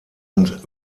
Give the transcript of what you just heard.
und